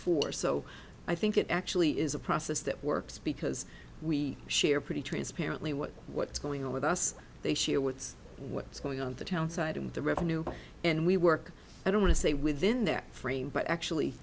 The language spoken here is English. for so i think it actually is a process that works because we share pretty transparently what what's going on with us they share what's what's going on the town side and the revenue and we work i don't want to say within that frame but actually